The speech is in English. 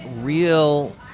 real